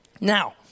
Now